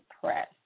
Press